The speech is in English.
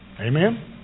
Amen